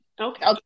Okay